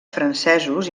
francesos